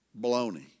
baloney